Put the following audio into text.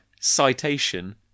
Citation